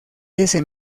ese